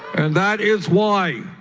and that is why